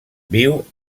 viu